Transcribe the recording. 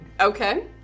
Okay